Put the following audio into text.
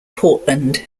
portland